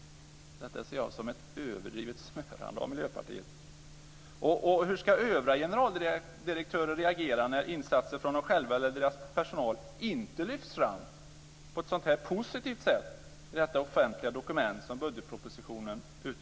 Detta ser jag som ett överdrivet smörande av Miljöpartiet. Hur ska övriga generaldirektörer reagera när insatser från dem själva eller deras personal inte lyfts fram på ett sådant positivt sätt i detta offentliga dokument som budgetpropositionen utgör?